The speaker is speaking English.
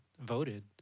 voted